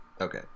Okay